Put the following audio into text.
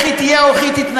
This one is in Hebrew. איך היא תהיה או איך היא תתנהל,